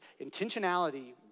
intentionality